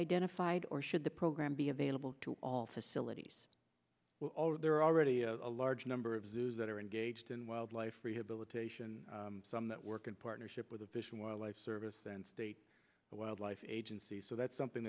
identified or should the program be available to all facilities there are already a large number of zoos that are engaged in wildlife rehabilitation some that work in partnership with the fish and wildlife service then state wildlife agencies so that's something